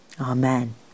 amen